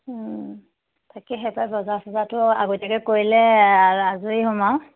তাকেহে পায় বজাৰ চজাৰটো আগতীয়াকে কৰিলে আজৰি হ'ম আৰু